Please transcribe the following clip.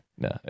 No